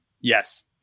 Yes